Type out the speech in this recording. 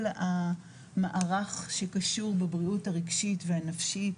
המערך שקשור בבריאות הרגשית והנפשית,